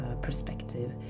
perspective